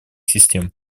систем